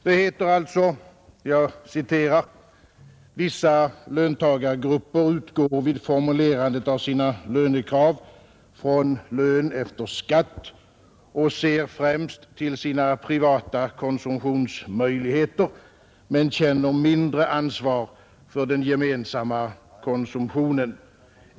Det heter: ”Vissa löntagargrupper utgår vid formulerandet av sina lönekrav från ”lön efter skatt” och ser främst till sina privata konsumtionsmöjligheter men känner mindre ansvar för den gemensamma konsumtionen.